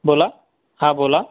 बोला हां बोला